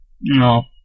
No